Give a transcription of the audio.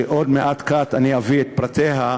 שעוד מעט-קט אני אעביר את פרטיה,